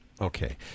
Okay